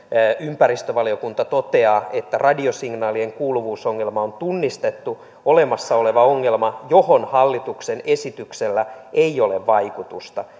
ympäristövaliokunta toteaa että radiosignaalien kuuluvuusongelma on tunnistettu olemassa oleva ongelma johon hallituksen esityksellä ei ole vaikutusta